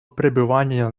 пребывания